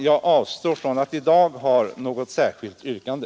Jag avstår från att nu ställa något särskilt yrkande.